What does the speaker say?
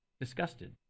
disgusted